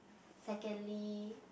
secondly